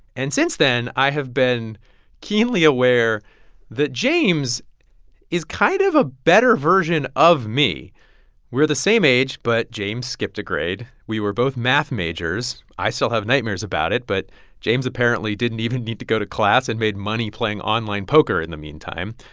and since then, i have been keenly aware that james is kind of a better version of me we're the same age, but james skipped a grade. we were both math majors. i still have nightmares about it, but james apparently didn't even need to go to class and made money playing online poker in the meantime.